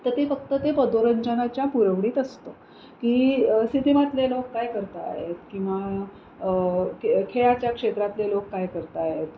तर ते फक्त ते मनोरंजनाच्या पुरवणीत असतं की सिनेमातले लोक काय करत आहेत किंवा खेळाच्या क्षेत्रातले लोक काय करत आहेत